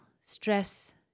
stress